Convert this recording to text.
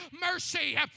mercy